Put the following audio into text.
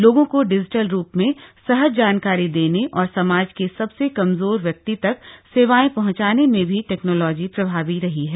लोगों को डिजिटल रूप में सहज जानकारी देने और समाज के सबसे कमजोर व्यक्ति तक सेवाएं पहंचाने में भी टैक्नोलॉजी प्रभावी रही है